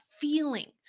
feeling